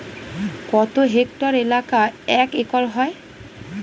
কত হেক্টর এলাকা এক একর হয়?